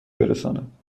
برساند